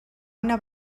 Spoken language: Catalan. una